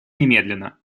немедленно